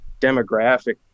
demographic